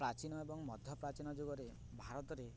ପ୍ରାଚୀନ ଏବଂ ମଧ୍ୟ ପ୍ରାଚୀନ ଯୁଗରେ ଭାରତରେ